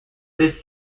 this